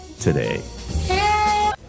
today